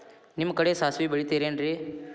ನಿಮ್ಮ ಕಡೆ ಸಾಸ್ವಿ ಬೆಳಿತಿರೆನ್ರಿ?